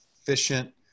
efficient